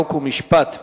חוק ומשפט נתקבלה.